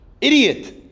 Idiot